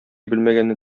белмәгәнне